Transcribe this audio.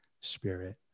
Spirit